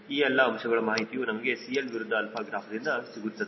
ಈ ಎಲ್ಲಾ ಅಂಶಗಳ ಮಾಹಿತಿಯು ನಮಗೆ CL ವಿರುದ್ಧ 𝛼 ಗ್ರಾಫ್ ದಿಂದ ಸಿಗುತ್ತದೆ